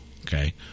Okay